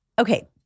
okay